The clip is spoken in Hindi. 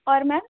और मैम